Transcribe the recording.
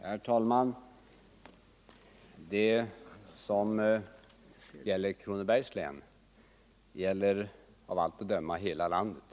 Herr talman! Det som gäller Kronobergs län gäller av allt att döma hela landet.